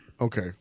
Okay